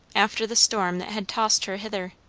after the storm that had tossed her hither.